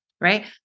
Right